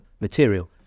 material